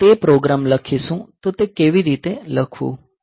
આપણે તે પ્રોગ્રામ લખીશું તો તે કેવી રીતે લખવું